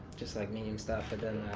just like meme stuff but then.